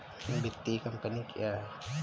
वित्तीय कम्पनी क्या है?